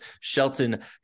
Shelton